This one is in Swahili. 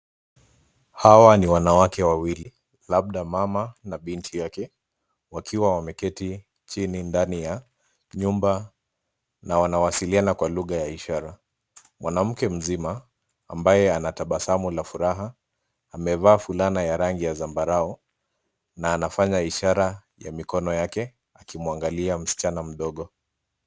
Hawa ni wanawake wawili labda mama na binti yake wakiwa wameketi chini ndani ya nyumba na wanawasiliana kwa lugha ya ishara. Mwanamke mzima ambaye ana tabasamu la furaha amevaa fulana ya rangi ya zambarau na anafanya ishara ya mikono yake akimwangalia msichana mdogo.